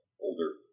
older